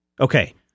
Okay